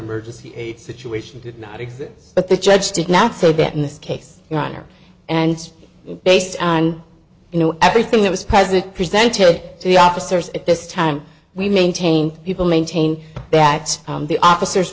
emergency situation did not exist but the judge did not so that in this case your honor and based on you know everything that was present presented to the officers at this time we maintain people maintain that the officers